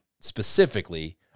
specifically